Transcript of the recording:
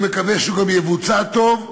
אני מקווה שהוא גם יבוצע טוב.